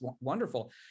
wonderful